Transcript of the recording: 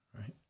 right